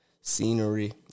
scenery